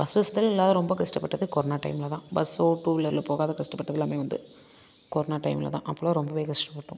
bus வஸ்தில் இல்லாத ரொம்ப கஷ்டப்பட்டது கொரனா டைம்மில தான் பஸ்ஸோ டூவீலரில் போகாத கஷ்டப்பட்டது எல்லாமே வந்து கொரனா டைம்மில தான் அப்போலாம் ரொம்பவே கஷ்டப்பட்டோம்